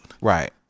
right